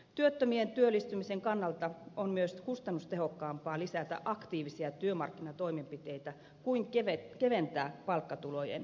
työttömien työllistymisen kannalta on myös kustannustehokkaampaa lisätä aktiivisia työmarkkinatoimenpiteitä kuin keventää palkkatulojen verotusta